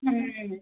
ಹ್ಞೂ